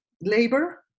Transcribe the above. labor